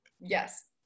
Yes